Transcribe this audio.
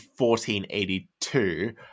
1482